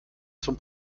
zum